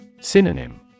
Synonym